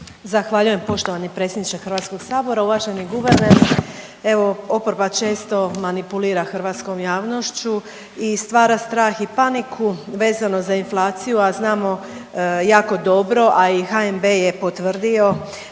Zahvaljujem poštovani predsjedniče Hrvatskog sabora, uvaženi guverneru. Evo oporba često manipulira hrvatskom javnošću i stvara strah i paniku vezano za inflaciju, a znamo jako dobro a i HNB je potvrdio